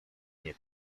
nie